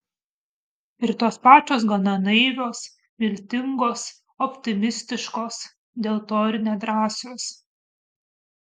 ir tos pačios gana naivios viltingos optimistiškos dėl to ir nedrąsios